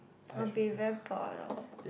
I'll be very bored lor